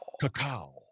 cacao